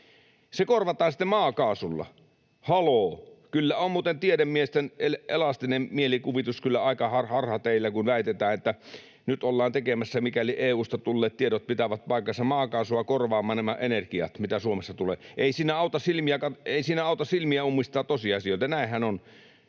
Se korvataan sitten maakaasulla — haloo! Kyllä on muuten tiedemiesten elastinen mielikuvitus aika harhateillä, kun väitetään, että nyt ollaan, mikäli EU:sta tulleet tiedot pitävät paikkansa, maakaasulla korvaamassa nämä energiat, mitä Suomessa tulee. Ei siinä auta silmiä ummistaa, tosiasioitahan